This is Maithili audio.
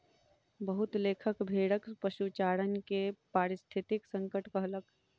बहुत लेखक भेड़क पशुचारण के पारिस्थितिक संकट कहलक